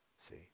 see